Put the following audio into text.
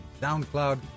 SoundCloud